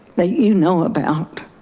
that you know about.